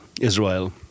Israel